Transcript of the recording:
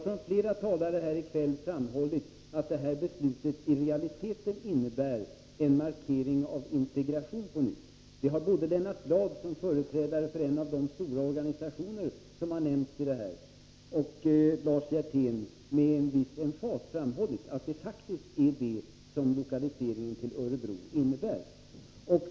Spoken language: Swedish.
Från flera talare i kväll har det framhållits att beslutet i realiteten innebär en markering av integrationen. Både Lennart Bladh, som företrädare för en av de stora organisationer som har nämnts här, och Lars Hjertén har med en viss emfas framhållit att det faktiskt är detta som lokaliseringen till Örebro innebär.